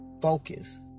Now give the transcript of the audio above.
Focus